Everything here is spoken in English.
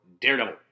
Daredevil